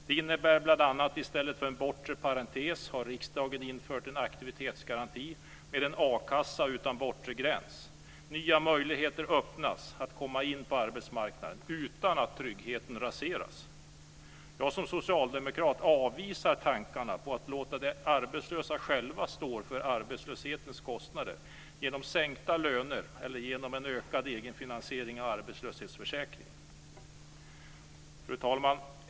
Det innebär bl.a. att i stället för en bortre parentes har regeringen infört en aktivitetsgaranti med en akassa utan bortre gräns. Nya möjligheter öppnas för att komma in på arbetsmarknaden utan att tryggheten raseras. Jag som socialdemokrat avvisar tankarna på att låta de arbetslösa själva stå för arbetslöshetens kostnader genom sänkta löner eller genom en ökad egenfinansiering av arbetslöshetsförsäkringen. Fru talman!